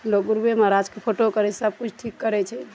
लोग गुरुए महाराजके फोटो करै छै सबकिछु ठीक करै छै